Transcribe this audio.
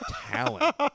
talent